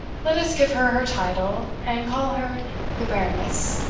let us give her her title, and call her the baroness.